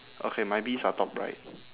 okay my bees are top right